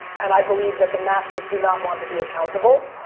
and i believe that the masses do not want to be accountable.